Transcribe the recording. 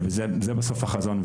זה בסוף החזון,